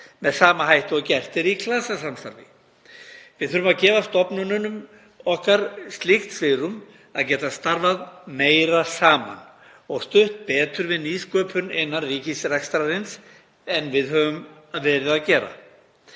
með sama hætti og gert er í klasasamstarfi. Við þurfum að gefa stofnunum okkar slíkt svigrúm til að geta starfað meira saman og stutt betur við nýsköpun innan ríkisrekstrarins en við höfum verið að gera.